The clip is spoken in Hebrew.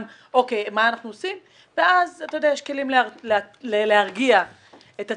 ונשאלת השאלה מה עושים ואז יש כלים להרגיע את הציבור.